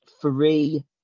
three